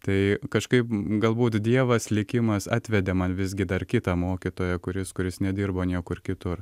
tai kažkaip galbūt dievas likimas atvedė man visgi dar kitą mokytoją kuris kuris nedirbo niekur kitur